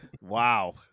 Wow